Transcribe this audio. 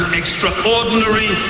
extraordinary